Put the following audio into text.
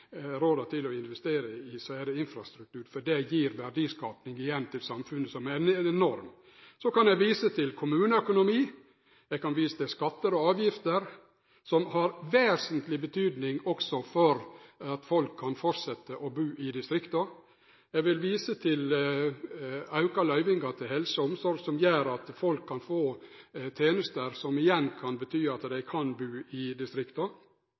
verdiskaping igjen til samfunnet som er enorm. Så kan eg vise til kommuneøkonomi, eg kan vise til skattar og avgifter, som har vesentleg betydning også for at folk kan halde fram med å bu i distrikta. Eg vil vise til auka løyvingar til helse og omsorg, som gjer at folk kan få tenester – som igjen kan bety at dei kan bu i distrikta.